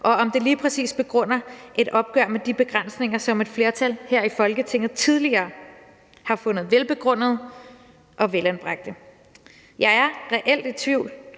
og om det lige præcis begrunder et opgør med de begrænsninger, som et flertal her i Folketinget tidligere har fundet velbegrundede og velanbragte. Jeg er reelt i tvivl